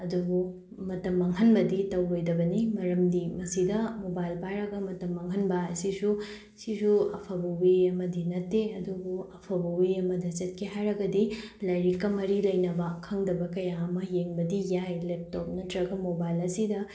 ꯑꯗꯨꯕꯨ ꯃꯇꯝ ꯃꯥꯡꯍꯟꯕꯗꯤ ꯇꯧꯔꯣꯏꯗꯕꯅꯤ ꯃꯔꯝꯗꯤ ꯃꯁꯤꯗ ꯃꯣꯕꯥꯏꯜ ꯄꯥꯏꯔꯒ ꯃꯇꯝ ꯃꯥꯡꯍꯟꯕ ꯑꯁꯤꯁꯨ ꯁꯤꯁꯨ ꯑꯐꯕ ꯋꯦ ꯑꯃꯗꯤ ꯅꯠꯇꯦ ꯑꯗꯨꯕꯨ ꯑꯐꯕ ꯋꯦ ꯑꯃꯗ ꯆꯠꯀꯦ ꯍꯥꯏꯔꯒꯗꯤ ꯂꯥꯏꯔꯤꯛꯀ ꯃꯔꯤ ꯂꯩꯅꯕ ꯈꯪꯗꯕ ꯀꯌꯥ ꯑꯃ ꯌꯦꯡꯕꯗꯤ ꯌꯥꯏ ꯂꯦꯞꯇꯣꯞ ꯅꯠꯇ꯭ꯔꯒ ꯃꯣꯕꯥꯏꯜ ꯑꯁꯤꯗ